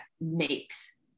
makes